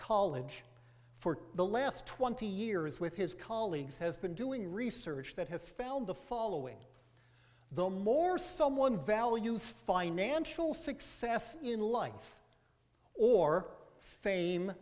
college for the last twenty years with his colleagues has been doing research that has found the following the more someone values financial success in life or fame